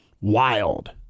wild